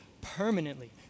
permanently